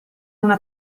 una